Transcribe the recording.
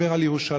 דיבר על ירושלים,